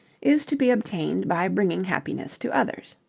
is to be obtained by bringing happiness to others.